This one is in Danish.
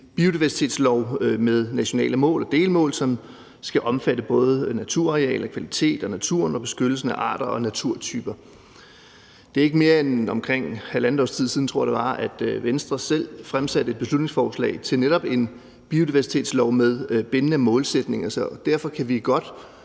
biodiversitetslov med nationale mål og delmål, som skal omfatte både naturarealet, kvaliteten af naturen og beskyttelsen af arter og naturtyper. Det er ikke mere end omkring halvandet års tid siden, tror jeg det var, at Venstre selv fremsatte et beslutningsforslag om netop en biodiversitetslov med bindende målsætninger. Så derfor kan vi godt